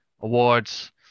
awards